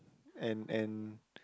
and and